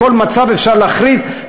בכל מצב אפשר להכריז,